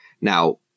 Now